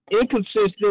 inconsistent